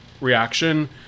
reaction